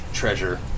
Treasure